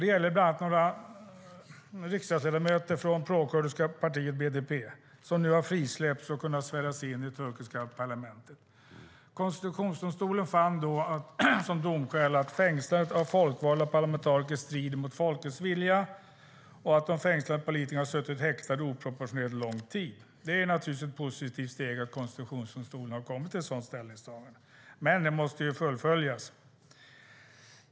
Det gäller bland annat några parlamentsledamöter från det prokurdiska partiet BDP. De har nu frisläppts och har kunnat sväras in i det turkiska parlamentet. Konstitutionsdomstolen fann som domskäl att fängslandet av folkvalda parlamentariker strider mot folkets vilja och att de fängslade politikerna hade suttit häktade under oproportionerligt lång tid. Det är naturligtvis ett positivt steg att konstitutionsdomstolen har kommit till ett sådant ställningstagande. Men det måste fullföljas.